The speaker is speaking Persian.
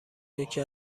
یکی